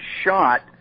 shot